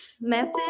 Method